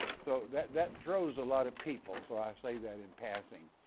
so that that draws a lot of people. so i say that in passing.